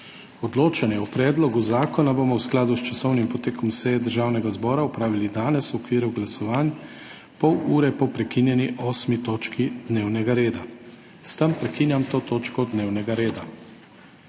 Odločanje o predlogu zakona bomo v skladu s časovnim potekom seje Državnega zbora opravili danes v okviru glasovanj, pol ure po prekinjeni 8. točki dnevnega reda. S tem prekinjam to točko dnevnega reda.